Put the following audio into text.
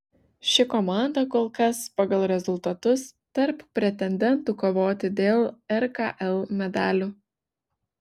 ši komanda kol kas pagal rezultatus tarp pretendentų kovoti dėl rkl medalių